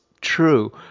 true